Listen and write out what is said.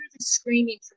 screaming